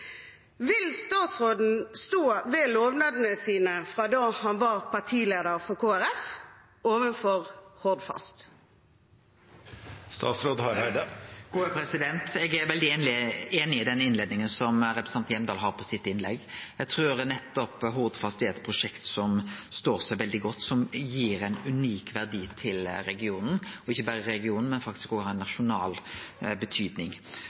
Vil statsråden stå ved lovnadene sine om Hordfast fra da han var partileder for Kristelig Folkeparti? Eg er veldig einig i den innleiinga som representanten Hjemdal har i innlegget sitt. Eg trur nettopp Hordfast er eit prosjekt som står seg veldig godt, og som gir ein unik verdi til regionen – og ikkje berre til regionen, men som òg har ei nasjonal betydning.